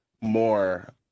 more